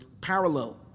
parallel